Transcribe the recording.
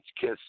Kiss